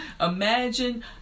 Imagine